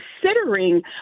considering